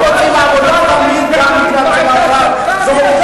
לא מוצאים עבודה תמיד, גם בגלל צבע עורם.